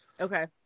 Okay